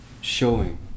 showing